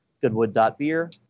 goodwood.beer